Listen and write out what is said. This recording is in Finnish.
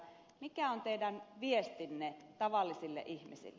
mikä on teidän viestinne tavallisille ihmisille